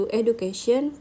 education